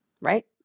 right